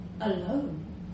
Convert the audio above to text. alone